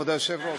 כבוד היושב-ראש,